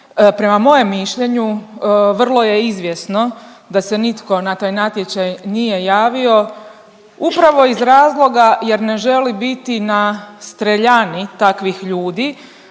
Prema mojem mišljenju vrlo je izvjesno da se nitko na taj natječaj nije javio upravo iz razloga jer ne želi biti na streljani takvih ljudi